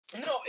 No